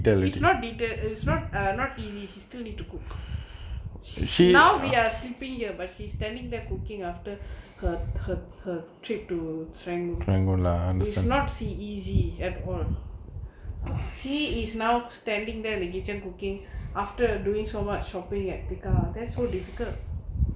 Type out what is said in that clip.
it's not did a is not not easy still need to cook she now we are sleeping here but she's standing the cooking after her her her trip to serangoon is not see easy at all ah she is now standing there the kitchen cooking after doing so much shopping at apica that's so difficult